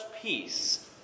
peace